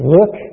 Look